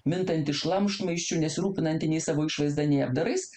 mintanti šlamštmaisčiu nesirūpinanti nei savo išvaizda nei apdarais